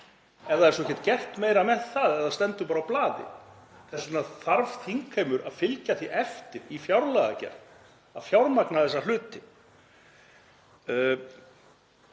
ekkert er svo gert meira með það og það stendur bara á blaði. Þess vegna þarf þingheimur að fylgja því eftir í fjárlagagerð að fjármagna þessa hluti.